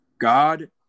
God